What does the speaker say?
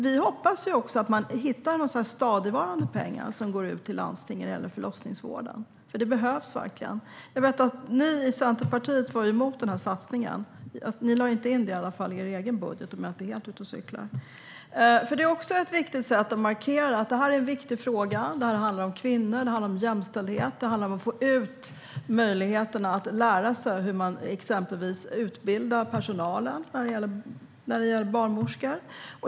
Vi hoppas att man ska hitta stadigvarande pengar som ska gå ut till landstingen för förlossningsvården. De behövs verkligen. Jag vet att ni i Centerpartiet var emot satsningen. Ni lade inte in den i er egen budget, om jag inte är helt ute och cyklar. Det är ett sätt att markera att det är en viktig fråga, att det handlar om kvinnor, jämställdhet och möjligheter att utbilda personalen, till exempel barnmorskor.